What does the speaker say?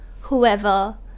whoever